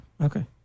okay